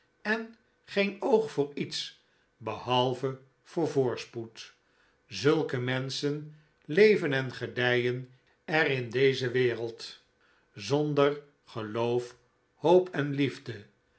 en geen oog voor iets behalve voor voorspoed zulke menschen leven en gedijen er in deze wereld zonder geloof hoop en liefde